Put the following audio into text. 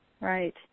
Right